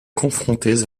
confrontés